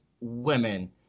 women